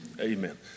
Amen